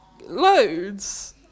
loads